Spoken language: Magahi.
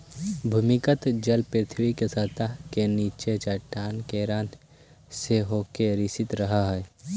भूमिगत जल पृथ्वी के सतह के नीचे चट्टान के रन्ध्र से होके रिसित रहऽ हई